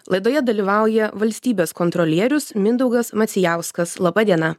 laidoje dalyvauja valstybės kontrolierius mindaugas macijauskas laba diena